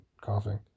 coughing